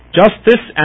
justice